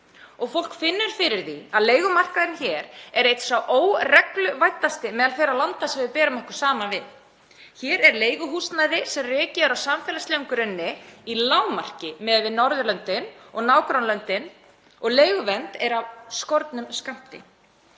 Og fólk finnur fyrir því að leigumarkaðurinn hér er einn sá óregluvæddasti meðal þeirra landa sem við berum okkur saman við. Hér er leiguhúsnæði sem rekið er á samfélagslegum grunni í lágmarki miðað við Norðurlöndin og nágrannalöndin og leiguvernd er af skornum skammti.